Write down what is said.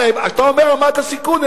הרי אתה אומר: רמת הסיכון.